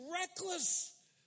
reckless